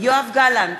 יואב גלנט,